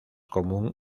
común